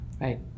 Right